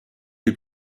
les